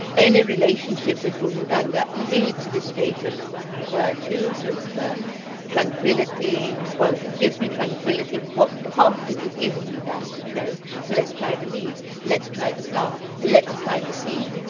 any relationship with burundanga leads to this state of quietude, of tranquility. well if it gives me tranquility, what part of it is giving me that? you know so let's try the leaves, let's try the flower, let's try the seed.